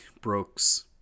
brooks